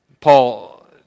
Paul